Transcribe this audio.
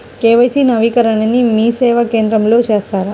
KYC నవీకరణని మీసేవా కేంద్రం లో చేస్తారా?